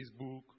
Facebook